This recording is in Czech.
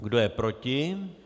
Kdo je proti?